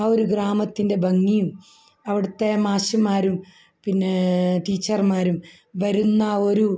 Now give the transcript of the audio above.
ആ ഒരു ഗ്രാമത്തിൻ്റെ ഭംഗിയും അവിടത്തെ മാഷുമാരും പിന്നെ ടീച്ചർമാരും വരുന്ന ഒരു